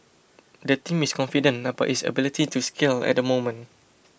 the team is confident about its ability to scale at moment